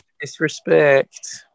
disrespect